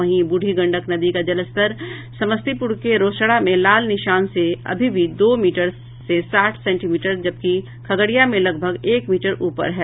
वहीं बूढ़ी गंडक नदी का जलस्तर समस्तीपूर के रोसड़ा में लाल निशान से अब भी दो मीटर साठ सेंटीमीटर जबकि खगड़िया में लगभग एक मीटर ऊपर है